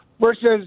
versus